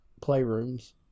playrooms